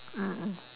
mm mm